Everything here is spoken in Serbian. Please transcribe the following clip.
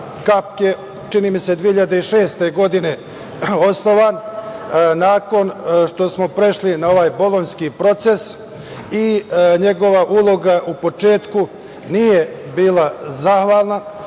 čini mi se 2006. godine osnovan, nakon što smo prešli na ovaj bolonjski proces i njegova uloga u početku nije bila zahvalna